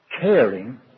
caring